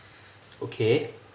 okay